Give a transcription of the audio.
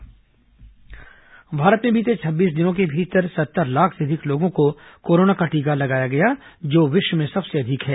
corona टीकाकरण भारत में बीते छब्बीस दिनों के भीतर सत्तर लाख से अधिक लोगों को कोरोना का टीका लगाया गया जो विश्व में सबसे अधिक है